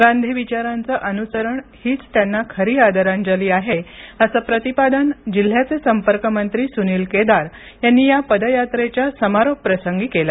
गांधी विचाराचं अनुसरण हीच त्यांना खरी आदरांजली आहे असं प्रतिपादन जिल्ह्याचे संपर्कमंत्री सुनील केदार यांनी या पदयात्रेच्या समारोप प्रसंगी केलं